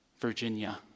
Virginia